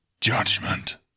judgment